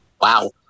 wow